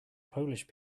polish